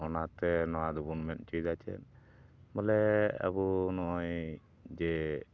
ᱚᱱᱟᱛᱮ ᱱᱚᱣᱟ ᱫᱚᱵᱚᱱ ᱢᱮᱱ ᱦᱚᱪᱚᱭᱮᱫᱟ ᱪᱮᱫ ᱵᱚᱞᱮ ᱟᱵᱚ ᱱᱚᱜᱼᱚᱭ ᱡᱮ